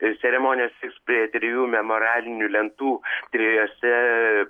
ir ceremonijas įspėja trijų memorialinių lentų trijose